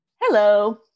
Hello